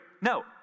No